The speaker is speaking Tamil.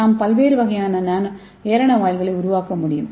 நாம் பல்வேறு வகையான ஏரண வாயில்களை உருவாக்க முடியும்